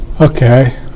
Okay